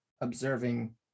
observing